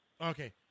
okay